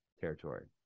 territory